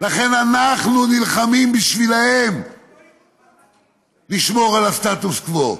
אנחנו נלחמים בשבילם לשמור על הסטטוס קוו.